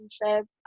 relationship